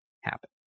happen